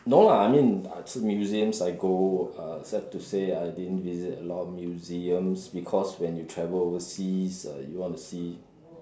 no lah I mean uh museums I go uh sad to say I didn't visit a lot of museums because when you travel overseas uh you want to see